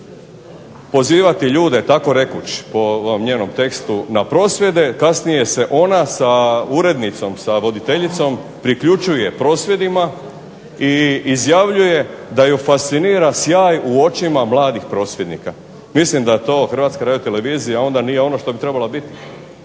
pozivati ljude tako rekuć po ovom njenom tekstu na prosvjede kasnije se ona sa urednicom, sa voditeljicom priključuje prosvjedima i izjavljuje da ju fascinira sjaj u očima mladih prosvjednika. Mislim da to onda HRTV-a onda nije ono što bi trebala biti,